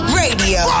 radio